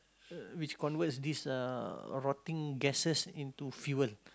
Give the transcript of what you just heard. which converts these uh rotting gasses into fuel